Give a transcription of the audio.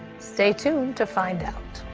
stay tuned to find out.